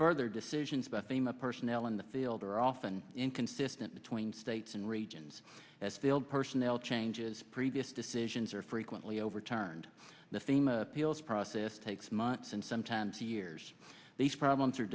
further decisions about thema personnel in the field are often inconsistent between states and regions as field personnel changes previous decisions are frequently overturned the theme peals process takes months and sometimes two years these problems are